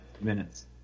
minutes